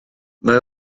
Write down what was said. mae